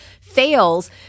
fails